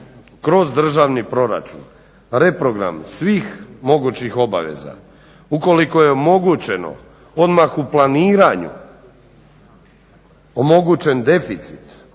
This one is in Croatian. kroz državni proračun reprogram svih mogućih obaveza, ukoliko je omogućeno odmah u planiranju omogućen deficit